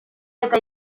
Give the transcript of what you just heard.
eta